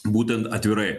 būtent atvirai